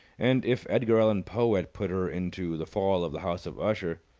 and, if edgar allen poe had put her into the fall of the house of usher,